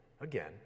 again